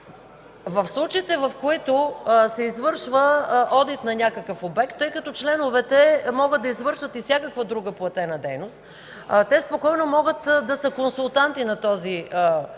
В случаите, в които се извършва одит на някакъв обект, тъй като членовете могат да извършват и всякаква друга платена дейност – те спокойно могат да са консултанти на този обект,